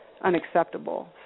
unacceptable